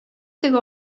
теге